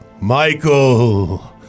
Michael